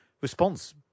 response